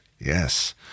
Yes